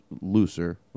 looser